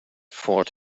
fort